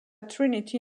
trinity